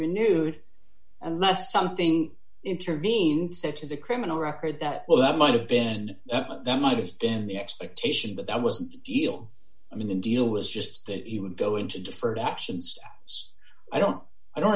renewed unless something intervened such as a criminal record that well that might have been that might have been the expectation but that was the deal i mean the deal was just that he would go into deferred actions i don't i don't